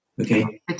Okay